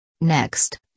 Next